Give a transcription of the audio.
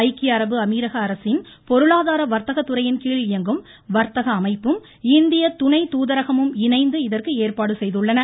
ஐக்கிய அரபு அமீரக அரசின் பொருளாதார வர்த்தக துறையின் கீழ் இயங்கும் வர்த்தக அமைப்பும் இந்திய துணைத் தூதரகமும் இணைந்து இதற்கு ஏற்பாடு செய்துள்ளன